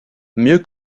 mieux